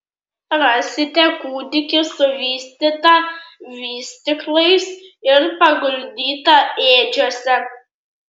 rasite kūdikį suvystytą vystyklais ir paguldytą ėdžiose